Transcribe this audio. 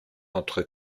entre